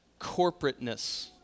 corporateness